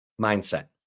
mindset